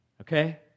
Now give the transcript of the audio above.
okay